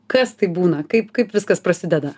kas tai būna kaip kaip viskas prasideda